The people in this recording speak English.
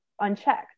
unchecked